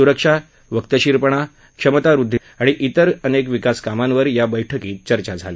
सुरक्षा वक्तशीरपणा क्षमतावृद्वीत वाढ आणि इतर अनेक विकासकामांवर या बैठकीत चर्चा झाली